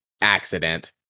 accident